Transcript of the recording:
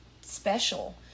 special